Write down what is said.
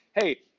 hey